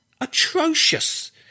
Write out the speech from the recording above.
atrocious